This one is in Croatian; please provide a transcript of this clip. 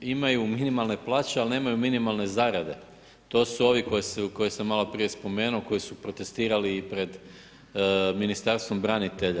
imaju minimalne plaće ali nemaju minimalne zarade to su ovi koje sam malo prije spomenuo koji su protestirali i pred Ministarstvom branitelja.